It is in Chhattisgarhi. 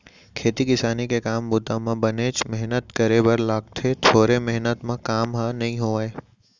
खेती किसानी के काम बूता म बनेच मेहनत करे बर लागथे थोरे मेहनत म काम ह नइ होवय